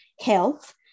health